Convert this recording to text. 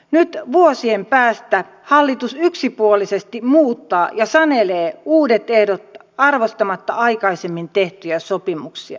nyt vuosien päästä hallitus yksipuolisesti muuttaa ja sanelee uudet ehdot arvostamatta aikaisemmin tehtyjä sopimuksia